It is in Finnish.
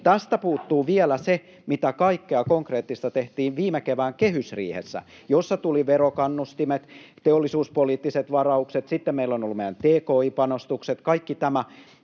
Tästä puuttuu vielä se, mitä kaikkea konkreettista tehtiin viime kevään kehysriihessä, jossa tulivat verokannustimet, teollisuuspoliittiset varaukset, sitten meillä on ollut meidän tki-panostukset, kaikki tämä